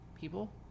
people